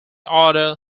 order